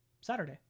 Saturday